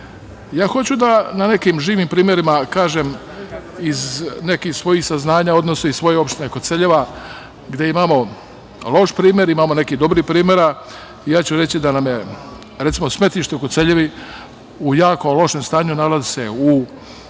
hoću da na nekim živim primerima kažem iz nekih svojih saznanja odnose iz svoje opštine Koceljeva gde imamo loš primer, imamo i nekih dobrih primera. Reći ću da nam je, recimo, smetlište u Koceljevi u jako lošem stanju, nalazi se već